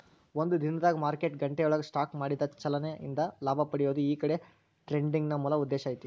ಒಂದ ದಿನದಾಗ್ ಮಾರ್ಕೆಟ್ ಗಂಟೆಯೊಳಗ ಸ್ಟಾಕ್ ಮಾಡಿದ ಚಲನೆ ಇಂದ ಲಾಭ ಪಡೆಯೊದು ಈ ಡೆ ಟ್ರೆಡಿಂಗಿನ್ ಮೂಲ ಉದ್ದೇಶ ಐತಿ